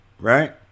Right